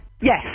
Yes